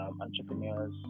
entrepreneurs